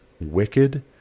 wicked